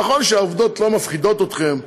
נכון שהעובדות לא מפחידות אתכם,